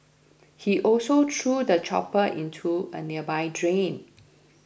he also threw the chopper into a nearby drain